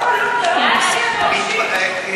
לא לא, דבר חופשי.